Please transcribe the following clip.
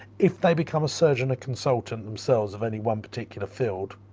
if they become a surgeon, a consultant themselves, of any one particular field,